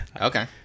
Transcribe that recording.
Okay